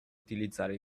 utilizzare